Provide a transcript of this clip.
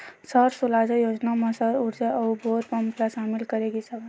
सौर सूजला योजना म सौर उरजा अउ बोर पंप ल सामिल करे गिस हवय